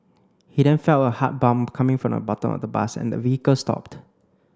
he then felt a hard bump coming from the bottom of the bus and the vehicle stopped